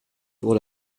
pour